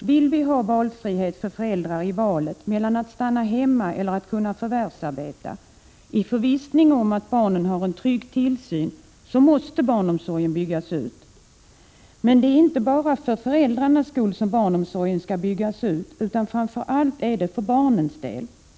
Vill vi ha valfrihet för föräldrar i valet mellan att stanna hemma eller att förvärvsarbeta i förvissning om att barnen har en trygg tillsyn, måste barnomsorgen byggas ut. Men det är inte bara för föräldrarnas skull som barnomsorgen skall byggas ut utan framför allt för barnens skull.